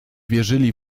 wierzyli